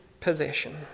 possession